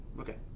Okay